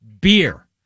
beer